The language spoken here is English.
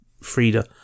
Frida